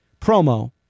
promo